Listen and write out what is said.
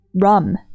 rum